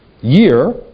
year